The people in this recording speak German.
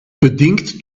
bedingt